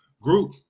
group